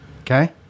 Okay